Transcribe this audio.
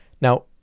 Now